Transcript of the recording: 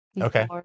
Okay